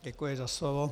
Děkuji za slovo.